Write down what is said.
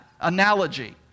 analogy